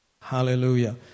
Hallelujah